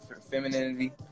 femininity